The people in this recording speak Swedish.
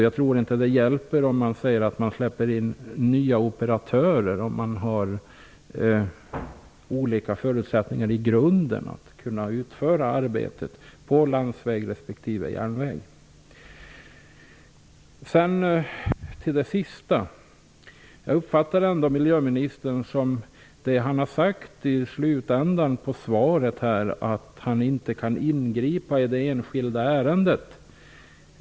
Jag tror inte att det hjälper att säga att nya operatörer skall släppas in, om förutsättningarna för att utföra arbetet i grunden är olika på landsväg respektive på järnväg. Jag uppfattar ändå att det som miljöministern säger i slutet av svaret är litet tänjbart, dvs att han inte kan ingripa i det enskilda ärendet.